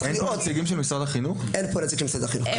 אין פה נציגים של משרד החינוך וצריך לראות